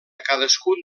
cadascun